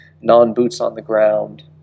non-boots-on-the-ground